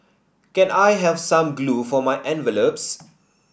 can I have some glue for my envelopes